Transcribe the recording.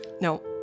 No